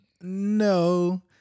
no